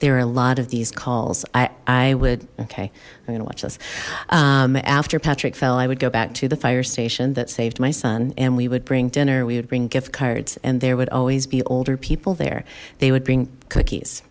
there are a lot of these calls i would okay i'm gonna watch this after patrick fell i would go back to the fire station that saved my son and we would bring dinner we would bring gift cards and there would always be older people there they would bring cookies